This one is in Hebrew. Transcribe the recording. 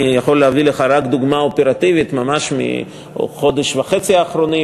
אני יכול להביא לך רק דוגמה אופרטיבית ממש מהחודש וחצי האחרונים.